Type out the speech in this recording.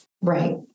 Right